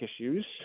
issues –